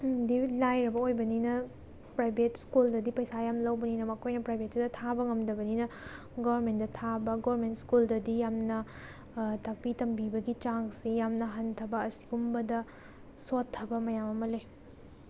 ꯂꯥꯏꯔꯕ ꯑꯣꯏꯕꯅꯤꯅ ꯄ꯭ꯔꯥꯏꯚꯦꯠ ꯁ꯭ꯀꯨꯜꯗꯗꯤ ꯄꯩꯁꯥ ꯌꯥꯝ ꯂꯧꯕꯅꯤꯅ ꯃꯈꯣꯏꯅ ꯄ꯭ꯔꯥꯏꯚꯦꯠꯇꯨꯗ ꯊꯥꯕ ꯉꯝꯗꯕꯅꯤꯅ ꯒꯣꯔꯃꯦꯟꯗ ꯊꯥꯕ ꯒꯣꯔꯃꯦꯟ ꯁ꯭ꯀꯨꯜꯗꯗꯤ ꯌꯥꯝꯅ ꯇꯥꯛꯄꯤ ꯇꯝꯕꯤꯕꯒꯤ ꯆꯥꯡꯁꯦ ꯌꯥꯝꯅ ꯍꯟꯊꯕ ꯑꯁꯤꯒꯨꯝꯕꯗ ꯁꯣꯊꯕ ꯃꯌꯥꯝ ꯑꯃ ꯂꯩ